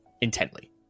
intently